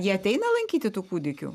jie ateina lankyti tų kūdikių